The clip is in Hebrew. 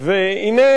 והנה,